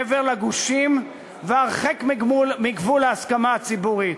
מעבר לגושים והרחק מגבול ההסכמה הציבורית,